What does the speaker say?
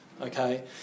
okay